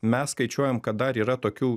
mes skaičiuojam kad dar yra tokių